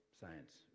science